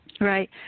Right